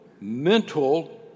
mental